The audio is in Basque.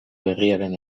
berriaren